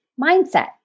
mindset